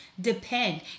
depend